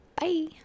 Bye